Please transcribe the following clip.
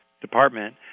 department